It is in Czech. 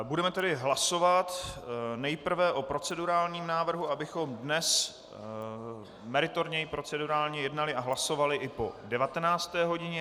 Budeme tedy hlasovat nejprve o procedurálním návrhu, abychom dnes meritorně i procedurálně jednali a hlasovali i po 19. hodině.